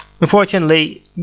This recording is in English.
Unfortunately